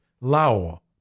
Lao